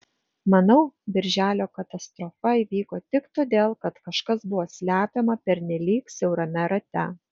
manau birželio katastrofa įvyko tik todėl kad kažkas buvo slepiama pernelyg siaurame rate